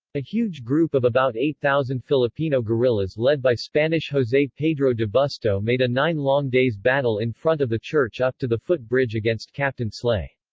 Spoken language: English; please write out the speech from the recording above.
a huge group of about eight thousand filipino guerillas led by spanish jose pedro de busto made a nine long days battle in front of the church up to the foot bridge against captain slay.